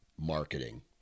marketing